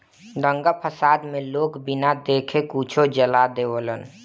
दंगा फसाद मे लोग बिना देखे कुछो जला देवेलन